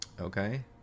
Okay